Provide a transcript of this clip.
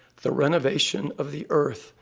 the renovation of the earth,